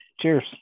Cheers